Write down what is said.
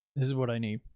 is what i need.